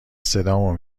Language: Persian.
صدامو